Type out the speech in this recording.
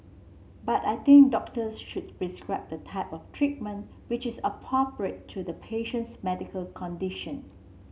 but I think doctors should prescribe the type of treatment which is appropriate to the patient's medical condition